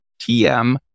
TM